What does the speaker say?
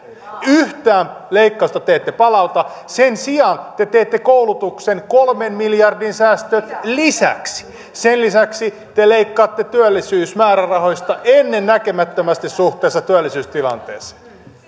yhtään leikkausta te ette palauta sen sijaan te te teette koulutukseen kolmen miljardin säästöt lisäksi sen lisäksi te leikkaatte työllisyysmäärärahoista ennennäkemättömästi suhteessa työllisyystilanteeseen